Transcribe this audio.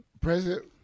President